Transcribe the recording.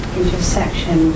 intersection